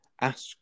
ask